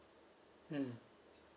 mm